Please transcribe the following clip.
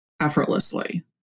effortlessly